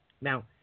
Now